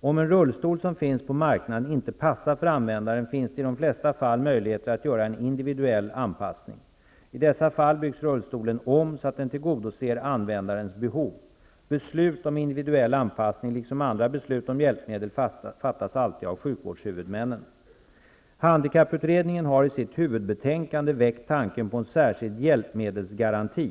Om en rullstol, som finns på marknaden, inte passar för användaren finns det i de flesta fall möjligheter att göra en individuell anpassning. I dessa fall byggs rullstolen om så att den tillgodoser användarens behov. Beslut om individuell anpassning liksom andra beslut om hjälpmedel fattas alltid av sjukvårdshuvudmännen. Handikapputredningen har i sitt huvudbetänkande väckt tanken på en särskild hjälpmedelsgaranti.